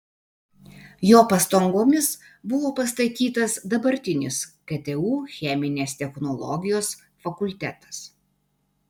jo pastangomis buvo pastatytas dabartinis ktu cheminės technologijos fakultetas